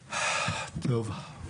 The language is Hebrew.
טוב.